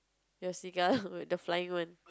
your cigar the flying one